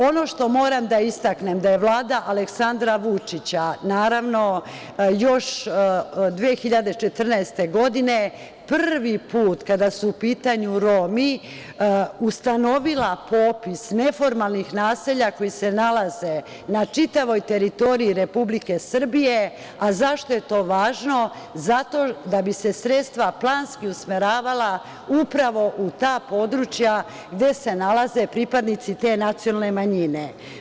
Ono što moram da istaknem, da je Vlada Aleksandara Vučića još 2014. godine prvi put, kada su u pitanju Romi ustanovila popis neformalnih naselja koja se nalaze na čitavoj teritoriji Republike Srbije, a zašto je to važno, zato da bi se sredstva planski usmeravala upravo u ta područja gde se nalaze pripadnici te nacionalne manjine.